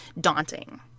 daunting